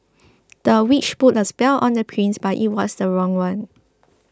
the witch put a spell on the prince but it was the wrong one